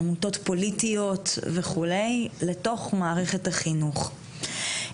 עמותות פוליטיות וכו' לתוך מערכת החינוך.